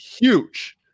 huge